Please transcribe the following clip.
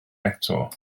eto